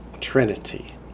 Trinity